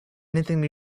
anything